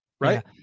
right